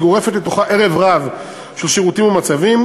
היא גורפת לתוכה ערב-רב של שירותים ומצבים,